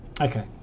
okay